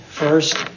First